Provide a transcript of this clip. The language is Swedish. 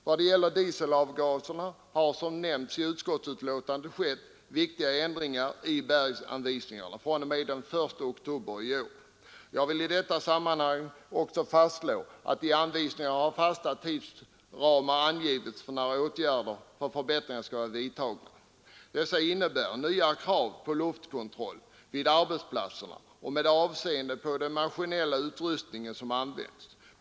Vad gäller dieselavgaserna har som nämnts i utskottets betänkande skett viktiga ändringar i bergsanvisningarna fr.o.m. den 1 oktober i år. Jag vill i sammanhanget också fastslå att i anvisningarna har fasta tidsramar angivits för när åtgärder för förbättringar skall vara vidtagna. Dessa anvisningar innebär nya krav på luftkontroll vid arbetsplatserna och med avseende på den maskinella utrustning som använts.